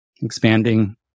expanding